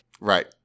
Right